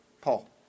Paul